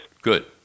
Good